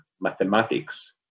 mathematics